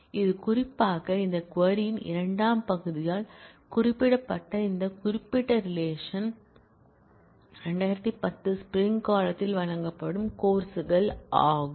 இந்த குறிப்பாக இந்த க்வரி ன் இரண்டாம் பகுதியால் குறிப்பிடப்பட்ட இந்த குறிப்பிட்ட ரிலேஷன் 2010 ஸ்ப்ரிங் காலத்தில் வழங்கப்படும் கோர்ஸ் கள் ஆகும்